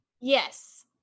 yes